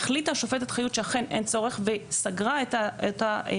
החליטה השופטת חיות שאכן אין צורך וסגרה את העתירה